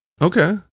okay